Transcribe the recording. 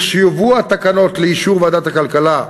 לכשיובאו התקנות לאישור ועדת הכלכלה,